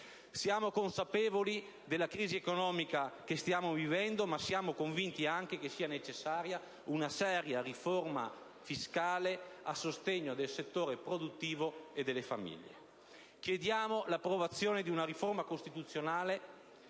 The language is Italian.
Siamo consapevoli della crisi economica che stiamo vivendo, ma siamo convinti anche che sia necessaria una seria riforma fiscale a sostegno del settore produttivo e delle famiglie. Chiediamo l'approvazione di una riforma costituzionale,